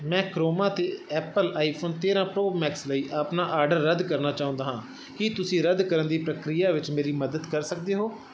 ਮੈਂ ਕਰੋਮਾ 'ਤੇ Apple iPhone ਤੇਰ੍ਹਾਂ ਪ੍ਰੋ ਮੈਕਸ ਲਈ ਆਪਣਾ ਆਰਡਰ ਰੱਦ ਕਰਨਾ ਚਾਹੁੰਦਾ ਹਾਂ ਕੀ ਤੁਸੀਂ ਰੱਦ ਕਰਨ ਦੀ ਪ੍ਰਕਿਰਿਆ ਵਿੱਚ ਮੇਰੀ ਮਦਦ ਕਰ ਸਕਦੇ ਹੋ